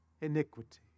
iniquity